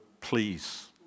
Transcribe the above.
please